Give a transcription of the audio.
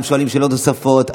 גם שואלים שאלות נוספות,